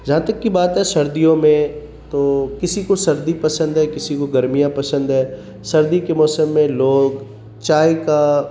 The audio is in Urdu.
جہاں تک کہ بات ہے سردیوں میں تو کسی کو سردی پسند ہے کسی کو گرمیاں پسند ہے سردی کے موسم میں لوگ چائے کا